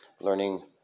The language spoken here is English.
learning